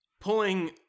pulling